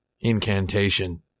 incantation